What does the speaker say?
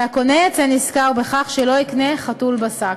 והקונה יצא נשכר בכך שלא יקנה חתול בשק.